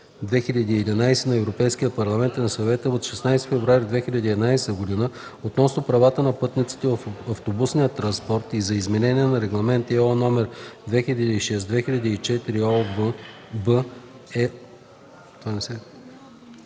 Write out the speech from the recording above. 181/2011 на Европейския парламент и на Съвета от 16 февруари 2011 г. относно правата на пътниците в автобусния транспорт и за изменение на Регламент (ЕО) № 2006/2004 (ОВ,